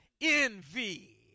envy